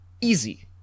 easy